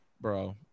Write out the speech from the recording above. bro